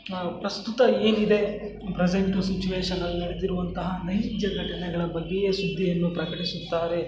ನಾವು ಪ್ರಸ್ತುತ ಏನಿದೆ ಪ್ರೆಸೆಂಟು ಸಿಚ್ಯುವೇಷನ್ ಅಲ್ಲಿ ನಡೆದಿರುವಂತಹ ನೈಜ ಘಟನೆಗಳ ಬಗ್ಗೆಯೇ ಸುದ್ದಿಯನ್ನು ಪ್ರಕಟಿಸುತ್ತಾರೆ